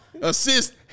Assist